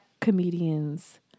comedians